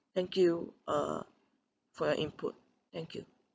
thank you uh for your input thank you